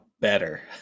better